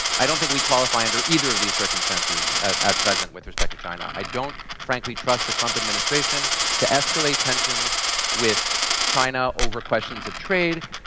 i don't think we qualify under either of these circumstances at at present with respect to china. i don't frankly trust the trump administration to escalate tensions with china over questions of trade.